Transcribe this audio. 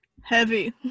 Heavy